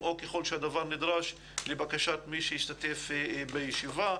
או ככל שהדבר נדרש לבקשת מי שהשתתף בישיבה,